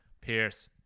pierce